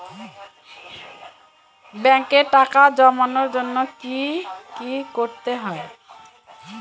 ব্যাংকে টাকা জমানোর জন্য কি কি করতে হয়?